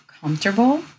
comfortable